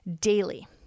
daily